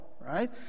right